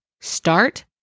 start